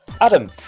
Adam